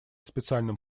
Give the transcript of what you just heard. специальным